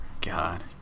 God